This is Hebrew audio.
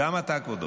גם אתה, כבודו.